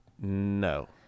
No